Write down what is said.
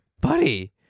Buddy